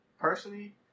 personally